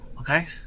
okay